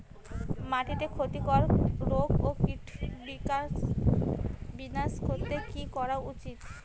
মাটিতে ক্ষতি কর রোগ ও কীট বিনাশ করতে কি করা উচিৎ?